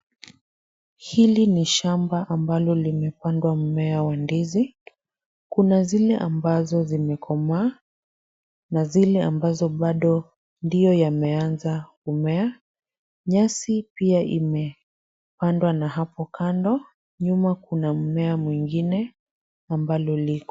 Hili ni shamba ambalo limepandwa mmea wa ndizi. Kuna zile ambazo zimekomaa na zile ambazo bado ndio yameanza kumea. Nyasi pia imepandwa na hapo kando. Nyuma kuna mmea mwingine ambao upo.